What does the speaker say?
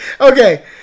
Okay